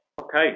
Okay